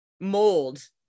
mold